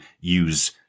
use